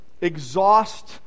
exhaust